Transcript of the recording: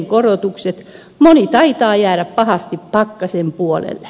korotukset moni taitaa jäädä pahasti pakkasen puolelle